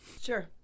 Sure